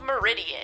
Meridian